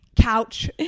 Couch